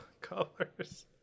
colors